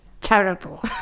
terrible